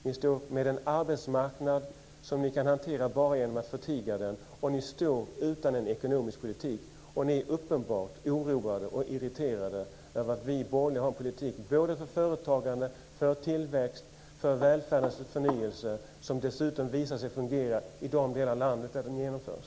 Ni står med en arbetsmarknad som ni kan hantera enbart genom att förtiga den. Ni står utan en ekonomisk politik och är uppenbart oroade och irriterade över att vi borgerliga har en politik för företagande, för tillväxt och för välfärdens förnyelse - en politik som dessutom visar sig fungera i de delar av landet där den genomförs.